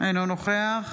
אינו נוכח